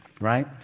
right